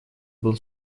был